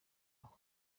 aho